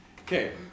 Okay